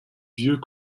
vieux